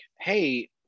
hey